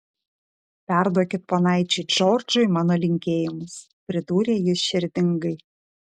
perduokit ponaičiui džordžui mano linkėjimus pridūrė jis širdingai